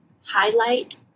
highlight